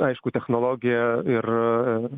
aišku technologija ir